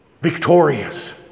Victorious